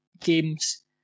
games